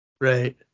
Right